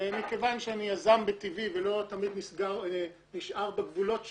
ומכיוון שאני יזם בטבעי ולא תמיד נשאר בגבולות שלי,